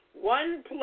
one